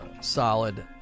solid